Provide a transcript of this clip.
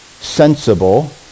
sensible